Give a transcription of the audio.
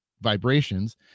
vibrations